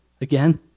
again